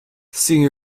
sea